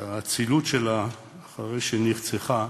האצילות שלה אחרי שנרצחה,